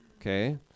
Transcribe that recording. Okay